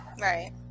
Right